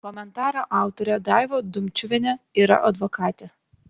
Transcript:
komentaro autorė daiva dumčiuvienė yra advokatė